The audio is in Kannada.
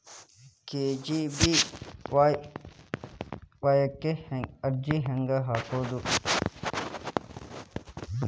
ಕೆ.ಜಿ.ಬಿ.ವಿ.ವಾಯ್ ಕ್ಕ ಅರ್ಜಿ ಹೆಂಗ್ ಹಾಕೋದು?